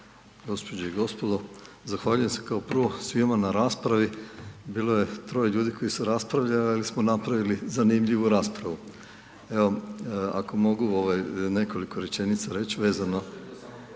Gospođe i gospodo, zahvaljujem se kao prvo svima na raspravi, bilo je troje ljudi koji su raspravljali, ali smo napravili zanimljivu raspravu. Evo, ako mogu nekoliko rečenica reć, MOST